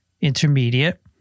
intermediate